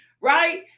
right